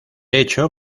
hecho